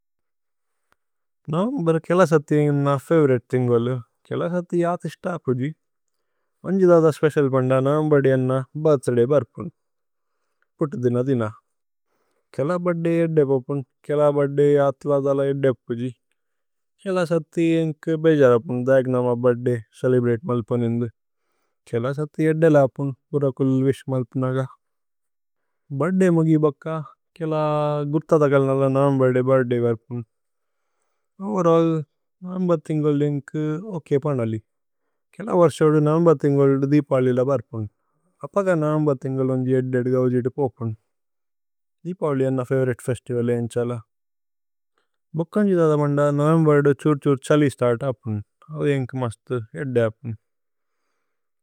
നൌമ്ബര് കേല സതി ഏന്ഗന ഫവോരിതേ തിന്ഗലു। കേല സതി അതിശ്ത അപുജി മന്ജിദദ സ്പേചിഅല്। പന്ദ നൌമ്ബദി ഏന ബിര്ഥ്ദയ് ബര്പുന് പുതി ദിന। ദിന കേല ബിര്ഥ്ദയ് ഏദേപുപുന് കേല ബിര്ഥ്ദയ്। അത്ല ദല ഏദേപുജി കേല സതി ഏന്ക ബേജരപുന്। ദൈഗ് നമ ബിര്ഥ്ദയ് ചേലേബ്രതേ മല്പുന് ഇന്ദു। കേല സതി ഏദേല അപുന് പുര കുല് വിശ് മല്പുന്। അഗ ഭിര്ഥ്ദയ് മുഗി ബക്ക കേല ഗുര്ത തകല്നല। നൌമ്ബദി ബിര്ഥ്ദയ് ബര്പുന് ഓവേരല്ല് നൌമ്ബര്। തിന്ഗലു ഏന്ക ഓകേ പനലി കേല വര്സോദു നൌമ്ബര്। തിന്ഗലുദു ദീപവലി ല ബര്പുന് അപഗ നൌമ്ബര്। തിന്ഗലു ഉന്ജി ഏദ്ദേ ഗൌജിതുപോപുന് ദീപവലി। ഏന ഫവോരിതേ ഫേസ്തിവലേ ഇന്ശല ഭുക്കന്ജിദദ। പന്ദ നൌമ്ബരുദു ഛുര് ഛുര് ഛലി സ്തര്ത്। അപുന് അവു ഏന്ക മസ്തു ഏദ്ദേ അപുന്।